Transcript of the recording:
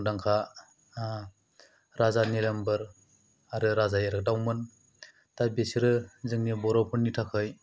मुंदांखा राजा निलाम्बर आरो राजा इरागदावमोन दा बिसोरो जोंनि बर'फोरनि थाखाय